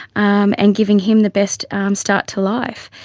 um and giving him the best um start to life.